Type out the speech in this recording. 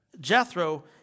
Jethro